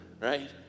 right